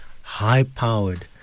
high-powered